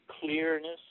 clearness